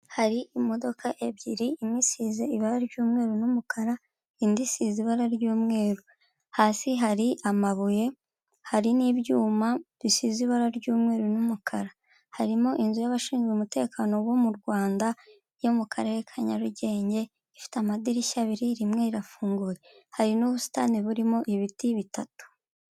Hari imodoka ebyiri imwe isize ibara ry'umweru n'umukara indi isize ibara ry'umweru. Hasi hari amabuye, hari n'ibyuma bisize ibara ry'umweru n'umukara. Harimo inzu y'abashinzwe umutekano bo m'u Rwanda, yo mu karere ka Nyarugenge, ifite amadirishya abiri rimwe irafunguye. Hari n'ubusitani burimo ibiti bitatu.